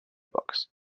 books